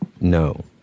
No